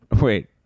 Wait